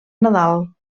nadal